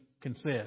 consist